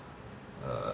err